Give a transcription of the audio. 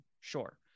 Sure